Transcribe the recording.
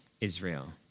Israel